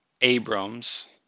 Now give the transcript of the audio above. Abram's